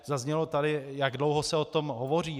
Zaznělo tady, jak dlouho se o tom hovoří.